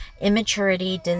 Immaturity